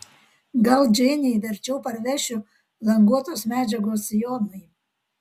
gal džeinei verčiau parvešiu languotos medžiagos sijonui